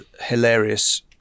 hilarious